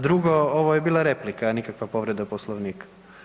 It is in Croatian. A drugo, ovo je bila replika, nikakva povreda Poslovnika.